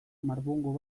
marbungu